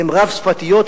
הן רב-שפתיות,